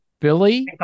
Billy